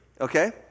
Okay